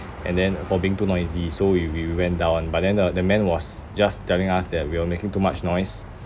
and then for being too noisy so we we we went down but then the the man was just telling us that we were making too much noise